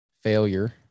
failure